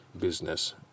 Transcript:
business